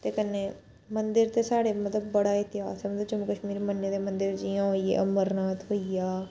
ते कन्नै मंदर ते साढ़े मतलब बड़ा इतेहास ऐ मतलब जम्मू कश्मीर मन्ने दा मंदर जियां होई गेआ अमरनाथ होई गेआ